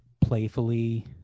playfully